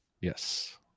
yes